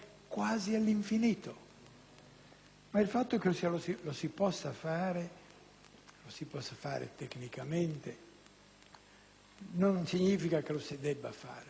ma il fatto che lo si possa fare tecnicamente non significa che lo si debba fare eticamente.